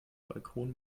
balkon